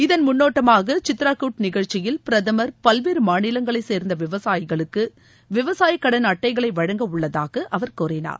இதன் முன்னோட்டமாக சித்ராகூட் நிகழ்ச்சியில் பிரதமர் பல்வேறு மாநிலங்களைச் சேர்ந்த விவசாயிகளுக்கு விவசாய கடன் அட்டைகளை வழங்க உள்ளதாக அவர் கூறினார்